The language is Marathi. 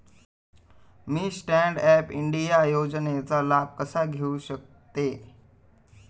मी स्टँड अप इंडिया योजनेचा लाभ कसा घेऊ शकते